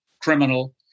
criminal